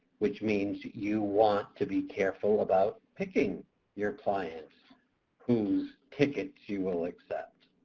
which means you want to be careful about picking your clients whose tickets you will accept.